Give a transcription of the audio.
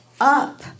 up